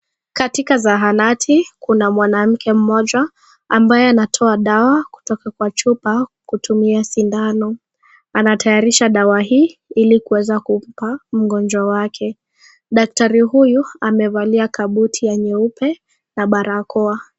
Katika zahanati kuna mwanamke mmoja ambaye anatoa dawa kutoka kwa chupa kutumia sindano. Anatayarisha dawa hii ili kuweza kumpa mgonjwa wake. Daktari huyu amevalia kabuti ya nyeupe na barakoa.